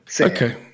Okay